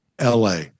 la